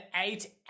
eight